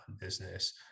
business